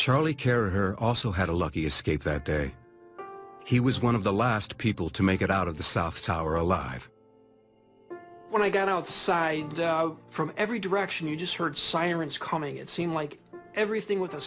charley character also had a lucky escape that day he was one of the last people to make it out of the south tower alive when i got outside from every direction you just heard sirens coming it seemed like everything with a